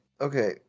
Okay